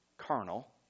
carnal